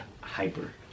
Hyper